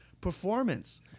performance